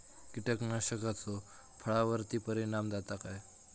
कीटकनाशकाचो फळावर्ती परिणाम जाता काय?